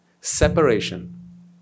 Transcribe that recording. Separation